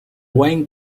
whig